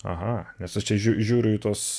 aha nes aš čia žiūriu į tuos